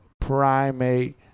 primate